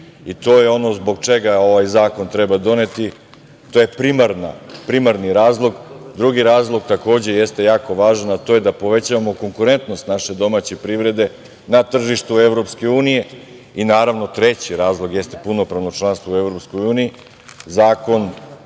i to je ono zbog čega ovaj zakon treba doneti. To je primarni razlog. Drugi razlog takođe jeste jako važan, a to je da povećavamo konkurentnost naše domaće privrede na tržištu EU i, naravno, treći razlog jeste punopravno članstvo u EU.Zakon